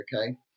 okay